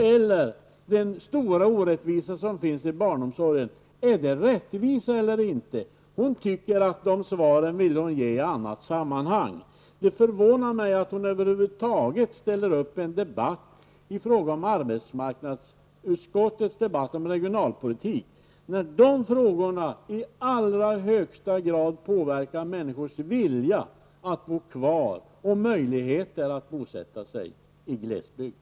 Hon vill inte heller svara på frågan om den stora orättvisan inom barnomsorgen. Svaren på alla dessa frågor vill ge i annat sammanhang. Det förvånar mig att hon över huvud taget ställer upp i debatten om arbetsmarknadsutskottets betänkande om regionalpolitiken, eftersom dessa frågor i allra högsta grad påverkar människors vilja att bo kvar i glesbygd och möjligheter att bosätta sig där.